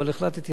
אבל החלטתי,